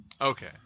Okay